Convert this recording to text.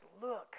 look